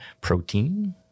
protein